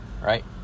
right